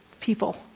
people